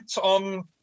on